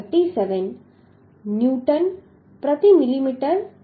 37 newton પ્રતિ millimetre વર્ગ છે